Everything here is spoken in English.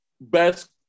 best